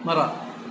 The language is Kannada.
ಮರ